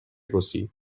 رسی